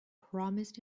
promised